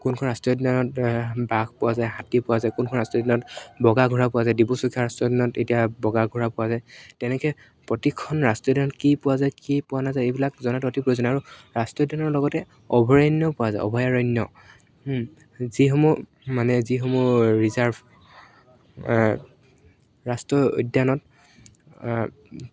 কোনখন ৰাষ্ট্ৰীয় উদ্যানত বাঘ পোৱা যায় হাতী পোৱা যায় কোনখন ৰাষ্ট্ৰীয় উদ্যানত বগা ঘোঁৰা পোৱা যায় ডিব্ৰু ছৈখোৱা ৰাষ্ট্ৰীয় উদ্যাত এতিয়া বগা ঘোঁৰা পোৱা যায় তেনেকৈ প্ৰতিখন ৰাষ্ট্ৰীয় উদ্যানত কি পোৱা যায় কি পোৱা নাযায় এইবিলাক জনাটো অতি প্ৰয়োজনীয় আৰু ৰাষ্ট্ৰীয় উদ্যানৰ লগতে অভয়াৰণ্যও পোৱা যায় অভয়াৰণ্য যিসমূহ মানে যিসমূহ ৰিজাৰ্ভ ৰাষ্ট্ৰীয় উদ্যানত